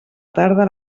tarda